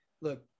Look